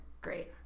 great